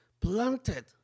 planted